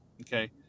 okay